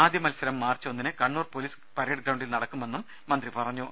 ആദ്യ മത്സരം മാർച്ച് ഒന്നിന് കണ്ണൂർ പൊലീസ് പരേഡ് ഗ്രൌണ്ടിൽ നടക്കുമെന്ന് മന്ത്രി പറഞ്ഞു